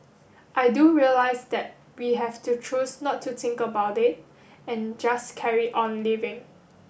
I do realize that we have to choose not to think about it and just carry on living